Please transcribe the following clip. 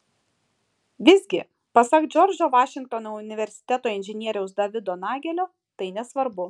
visgi pasak džordžo vašingtono universiteto inžinieriaus davido nagelio tai nesvarbu